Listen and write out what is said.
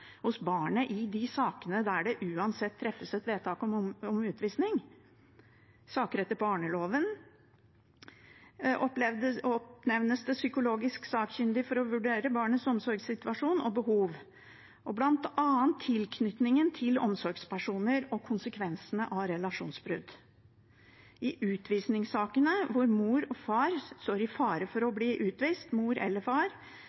hos barnet i de sakene der det uansett treffes et vedtak om utvisning. I saker etter barneloven oppnevnes det psykologisk sakkyndige for å vurdere barnets omsorgssituasjon og -behov, bl.a. tilknytningen til omsorgspersoner og konsekvensene av relasjonsbrudd. I utvisningssakene der mor eller far står i fare for å